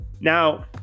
now